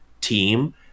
team